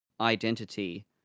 identity